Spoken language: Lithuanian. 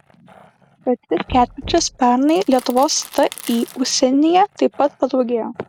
per tris ketvirčius pernai lietuvos ti užsienyje taip pat padaugėjo